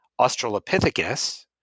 australopithecus